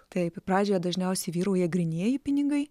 taip pradžioje dažniausiai vyrauja grynieji pinigai